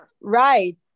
right